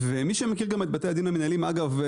ומי שמכיר את בתי הדין המינהליים אגב,